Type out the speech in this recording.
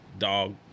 Dog